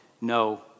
no